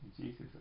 Jesus